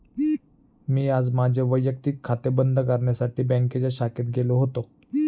मी आज माझे वैयक्तिक खाते बंद करण्यासाठी बँकेच्या शाखेत गेलो होतो